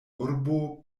urbo